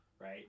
Right